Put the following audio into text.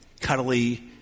cuddly